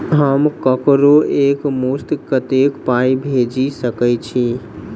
हम ककरो एक मुस्त कत्तेक पाई भेजि सकय छी?